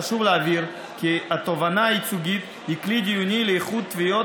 חשוב להבהיר כי התובענה הייצוגית היא כלי דיוני לאיחוד תביעות